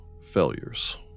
failures